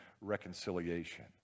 reconciliation